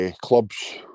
clubs